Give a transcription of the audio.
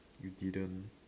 you didn't